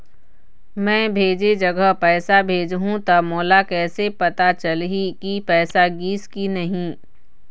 मैं भेजे जगह पैसा भेजहूं त मोला कैसे पता चलही की पैसा गिस कि नहीं?